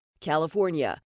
California